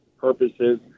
purposes